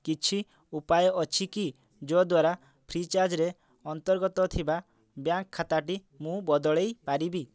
କିଛି ଉପାୟ ଅଛି କି ଯଦ୍ୱାରା ଫ୍ରିଚାର୍ଜ୍ ରେ ଅନ୍ତର୍ଗତ ଥିବା ବ୍ୟାଙ୍କ୍ ଖାତାଟି ମୁଁ ବଦଳେଇ ପାରିବି